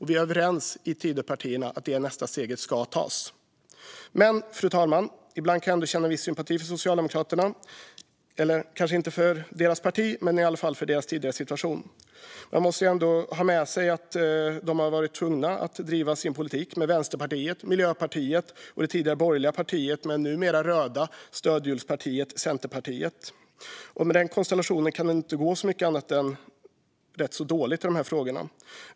Vi är överens bland Tidöpartierna om att det steget ska tas. Fru talman! Ibland kan jag ändå känna en viss sympati för Socialdemokraterna, kanske inte för deras parti men i alla fall för deras tidigare situation. Man måste ändå ha med sig att de har varit tvungna att bedriva sin politik med Vänsterpartiet, Miljöpartiet och det tidigare borgerliga partiet men numera röda stödhjulspartiet Centerpartiet. Med den konstellationen kan det nog inte gå så mycket annat än rätt dåligt i de här frågorna.